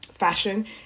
fashion